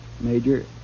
Major